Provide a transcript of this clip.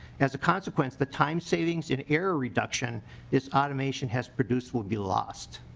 as a consequence the time savings and error reduction is automation has produced will be lost.